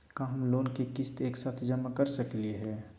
का हम लोन के किस्त एक साथ जमा कर सकली हे?